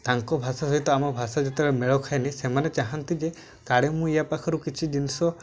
ତାଙ୍କ ଭାଷା ସହିତ ଆମ ଭାଷା ଯେତେବେଳେ ମେଳଖାଏ ନି ସେମାନେ ଚାହାନ୍ତି ଯେ କାଳେ ମୁଁ ୟା ପାଖରୁ କିଛି ଜିନିଷ